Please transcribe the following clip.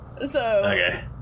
Okay